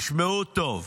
תשמעו טוב,